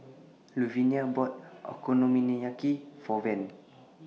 Luvinia bought Okonomiyaki For Von